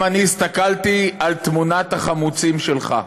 גם אני הסתכלתי על תמונת החמוצים שלך,